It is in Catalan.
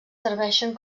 serveixen